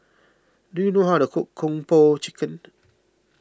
do you know how to cook Kung Po Chicken